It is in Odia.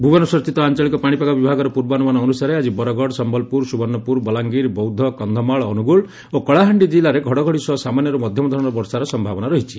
ଭୁବନେଶ୍ୱରସ୍ଥିତ ଆଞଳିକ ପାଶିପାଗ ବିଭାଗର ପୁର୍ବାନ୍ମାନ ଅନୁସାରେ ଆକି ବରଗଡ ସମ୍ମଲପୁର ସୁବର୍ଷପୁର ବଲାଙ୍ଗୀର ବୌଦ୍ଧ କକ୍ଷମାଳ ଅନ୍ଗୋଳ ଓ କଳାହାଣ୍ଡି ଆଦି ଜିଲ୍ଲାରେ ଘଡଘଡି ସହ ସାମାନ୍ୟରୁ ମଧ୍ଧମ ଧରଣର ବର୍ଷାର ସମ୍ଭାବନା ରହିଛି